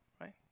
right